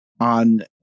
on